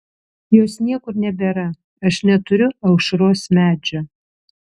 jos niekur nebėra aš neturiu aušros medžio